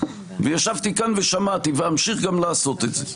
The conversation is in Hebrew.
וישבתי כאן ושמעתי, ואמשיך גם לעשות את זה.